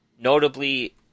Notably